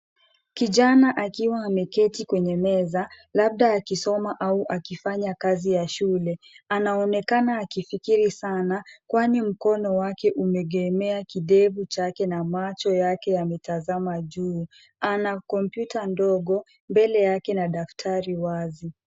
Kijana akiwa ameketi kwenye meza, labda akisoma au akifanya kazi ya shule. Anaonekana akifikiri sana, kwani mkono wake umeegemea kidevu chake na macho yake yametazama juu. Ana kompyuta ndogo mbele yake na daftari wazi.